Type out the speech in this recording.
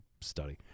study